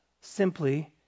simply